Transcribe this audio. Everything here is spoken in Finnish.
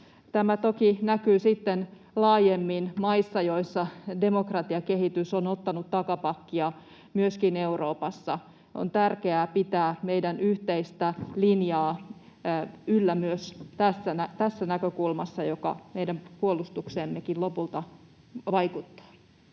Tämä toki näkyy sitten laajemmin maissa, joissa demokratiakehitys on ottanut takapakkia, myöskin Euroopassa. On tärkeää pitää meidän yhteistä linjaamme yllä myös tästä näkökulmasta, joka meidän puolustukseemmekin lopulta vaikuttaa.